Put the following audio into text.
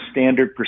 standard